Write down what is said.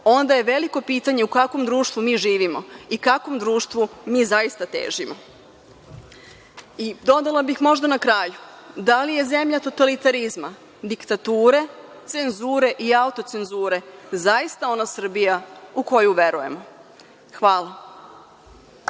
onda je veliko pitanje u kakvom mi društvu živimo i kakvom društvu mi zaista težimo. Dodala bih možda na kraju – da li je zemlja totalitarizma, diktature, cenzure i autocenzure zaista ona Srbija u koju verujemo? Hvala.